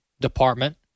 Department